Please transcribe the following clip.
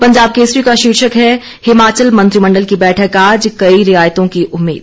पंजाब केसरी का शीर्षक है हिमाचल मंत्रिमण्डल की बैठक आज कई रियायतों की उम्मीद